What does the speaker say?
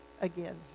again